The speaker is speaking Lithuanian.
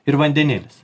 ir vandenilis